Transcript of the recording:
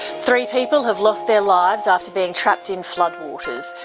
three people have lost their lives after being trapped in floodwaters.